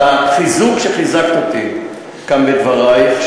על החיזוק שחיזקת אותי כאן בדברייך,